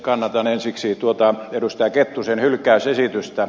kannatan ensiksi tuota edustaja kettusen hylkäysesitystä